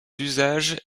usages